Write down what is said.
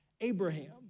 Abraham